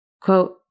Quote